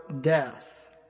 death